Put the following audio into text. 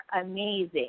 amazing